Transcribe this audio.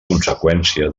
conseqüència